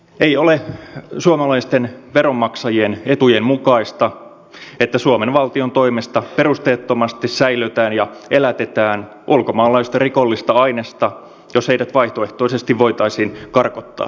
ei ole suomalaisten veronmaksajien etujen mukaista että suomen valtion toimesta perusteettomasti säilötään ja elätetään ulkomaalaista rikollista ainesta jos heidät vaihtoehtoisesti voitaisiin karkottaa suomesta